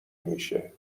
میشه